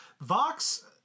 Vox